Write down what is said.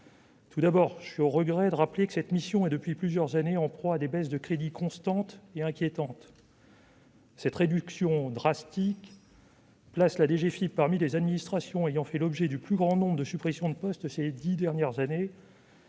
Tout d'abord, je suis au regret de rappeler que cette mission connaît depuis plusieurs années des baisses de crédits constantes et inquiétantes. Ces réductions drastiques placent la DGFiP parmi les administrations ayant fait l'objet du plus grand nombre de suppressions de postes ces dix dernières années.